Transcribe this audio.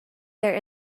their